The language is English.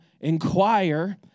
inquire